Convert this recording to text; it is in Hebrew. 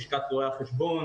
לשכת רואי החשבון,